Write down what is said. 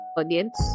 audience